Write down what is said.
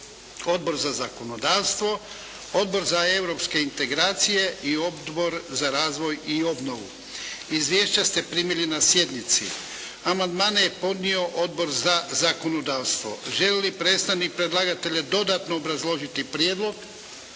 Odbor za zakonodavstvo, Odbor za europske integracije i Odbor za razvoj i obnovu. Izvješća ste primili na sjednici Amandmane je podnio Odbor za zakonodavstvo. Želi li predstavnik predlagatelja dodatno obrazložiti prijedlog?